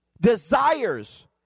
desires